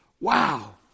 Wow